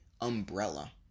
umbrella